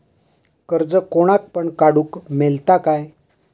कर्ज कोणाक पण काडूक मेलता काय?